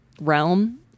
realm